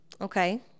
Okay